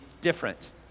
different